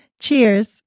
Cheers